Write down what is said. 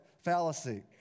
fallacy